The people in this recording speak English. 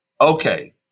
Okay